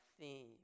theme